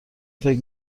فکر